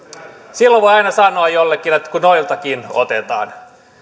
silloin voi aina sanoa jollekin että kun noiltakin otetaan